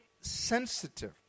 sensitive